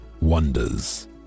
wonders